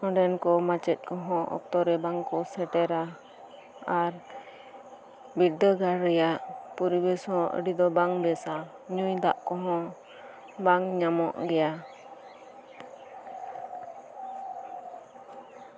ᱚᱸᱰᱮᱱ ᱠᱚ ᱢᱟᱪᱮᱫ ᱠᱚᱦᱚᱸ ᱚᱠᱛᱚ ᱨᱮ ᱵᱟᱝᱠᱚ ᱥᱮᱴᱮᱨᱟ ᱟᱨ ᱵᱤᱫᱽᱫᱟᱹᱜᱟᱲ ᱨᱮᱭᱟᱜ ᱯᱚᱨᱤᱵᱮᱥ ᱦᱚᱸ ᱟᱹᱰᱤ ᱫᱚ ᱵᱟᱝ ᱵᱮᱥᱟ ᱧᱩᱭ ᱫᱟᱜ ᱠᱚᱦᱚᱸ ᱵᱟᱝ ᱧᱟᱢᱚᱜ ᱜᱮᱭᱟ